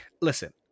listen